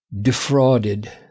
defrauded